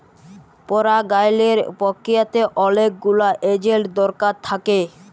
পরাগায়লের পক্রিয়াতে অলেক গুলা এজেল্ট দরকার থ্যাকে